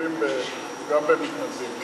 מטפלים גם במתנדבים.